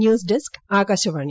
news desk Akashvani